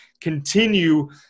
continue